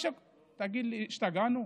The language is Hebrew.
תגיד לי, השתגענו?